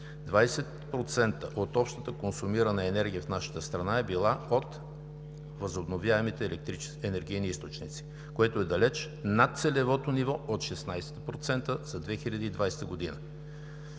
20% от общата консумирана енергия в нашата страна е била от възобновяемите енергийни източници, което е далеч над целевото ниво от 16% за 2020 г.